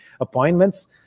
appointments